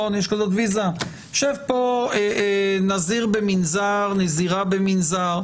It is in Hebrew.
יושב כאן נזיר במנזר, נזירה במנזר,